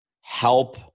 help